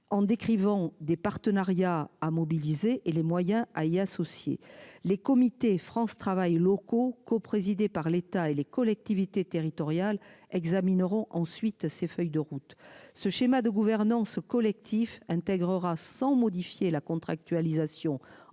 en décrivant des partenariats à mobiliser et les moyens à y associer les comités France travail locaux co-coprésidé par l'État et les collectivités territoriales examineront ensuite ces feuilles de route ce schéma de gouvernance collectif intégrera sans modifier la contractualisation